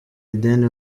ideni